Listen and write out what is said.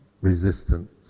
resistance